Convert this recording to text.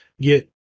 get